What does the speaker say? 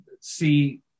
see